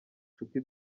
nshuti